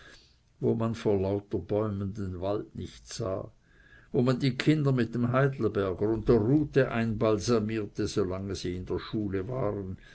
wo man vor lauter bäumen den wald nicht sah wo man die kinder mit dem heidelberger und der rute einbalsamierte solange sie in der schule waren